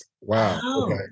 Wow